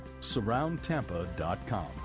SurroundTampa.com